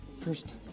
first